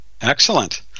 Excellent